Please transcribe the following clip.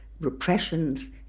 repressions